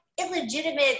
illegitimate